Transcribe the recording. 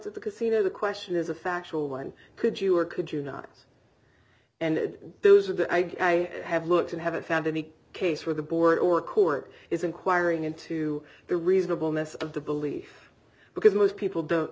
at the casino the question is a factual one could you or could you not and those are that i have looked and haven't found any case where the board or court is inquiring into the reasonableness of the belief because most people don't